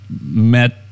met